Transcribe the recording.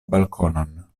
balkonon